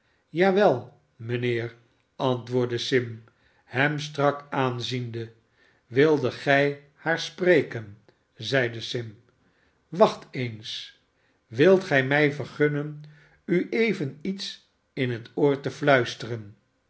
wel mijnheer r antwoordde sim hem strak aanziende swildet gij haar spreken zeide sim wacht eens wilt gij mij vergunnen u even iets in het oor te fluisteren